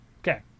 Okay